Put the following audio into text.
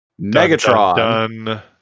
Megatron